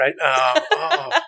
right